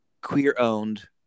queer-owned